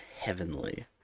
heavenly